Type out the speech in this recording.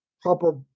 proper